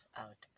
out